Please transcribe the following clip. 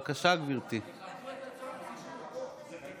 בבחירות האחרונות הציבור אמר לכם, זה מה